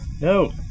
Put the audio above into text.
No